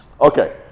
Okay